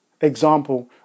example